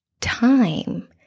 time